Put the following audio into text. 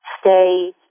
stay